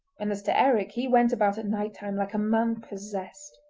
and as to eric he went about at night-time like a man possessed.